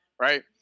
Right